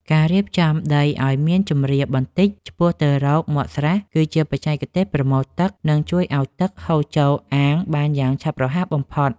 ការរៀបចំដីឱ្យមានជម្រាលបន្តិចឆ្ពោះទៅរកមាត់ស្រះ គឺជាបច្ចេកទេសប្រមូលទឹក និងជួយឱ្យទឹកហូរចូលអាងបានយ៉ាងឆាប់រហ័សបំផុត។